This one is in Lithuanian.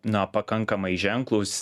na pakankamai ženklūs